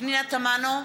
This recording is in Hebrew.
פנינה תמנו,